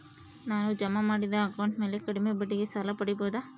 ನಾನು ಜಮಾ ಮಾಡಿದ ಅಕೌಂಟ್ ಮ್ಯಾಲೆ ಕಡಿಮೆ ಬಡ್ಡಿಗೆ ಸಾಲ ಪಡೇಬೋದಾ?